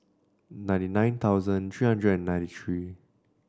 ninety nine thousand three hundred and ninety three